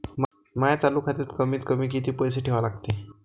माया चालू खात्यात कमीत कमी किती पैसे ठेवा लागते?